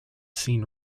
seen